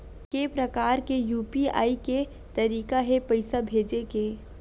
के प्रकार के यू.पी.आई के तरीका हे पईसा भेजे के?